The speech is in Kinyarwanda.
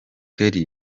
kelly